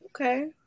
Okay